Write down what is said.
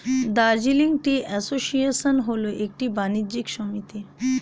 Darjeeling tea association হল একটি বাণিজ্য সমিতি